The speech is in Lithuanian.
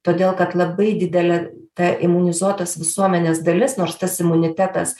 todėl kad labai didelė ta imunizuotos visuomenės dalis nors tas imunitetas